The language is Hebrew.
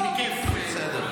הייתי בכיף --- בסדר,